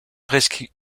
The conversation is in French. presque